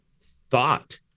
thought